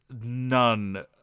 none